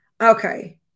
Okay